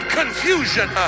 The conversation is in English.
confusion